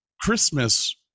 christmas